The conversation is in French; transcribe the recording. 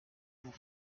vous